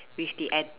with the add